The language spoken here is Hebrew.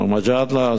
מר מג'אדלה,